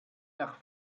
nach